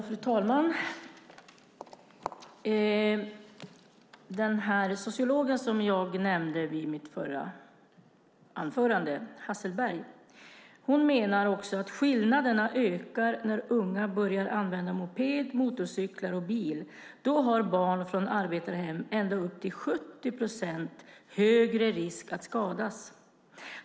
Fru talman! Den sociolog som jag nämnde i mitt förra anförande, Hasselberg, menar också att skillnaderna ökar när unga börjar använda moped, motorcykel och bil. Då har barn från arbetarhem ända upp till 70 procent högre risk att skadas.